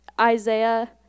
Isaiah